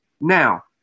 Now